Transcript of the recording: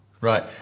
Right